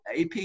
AP